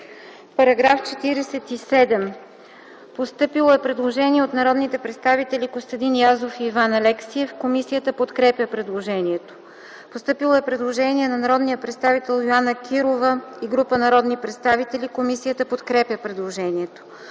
По § 47 е постъпило предложение от народните представители Костадин Язов и Иван Алексиев. Комисията подкрепя предложението. Постъпило е предложение от народния представител Йоана Кирова и група народни представители. Комисията подкрепя предложението.